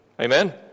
Amen